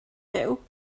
byw